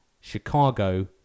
Chicago